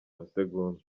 masegonda